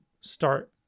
start